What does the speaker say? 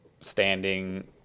standing